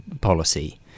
policy